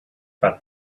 but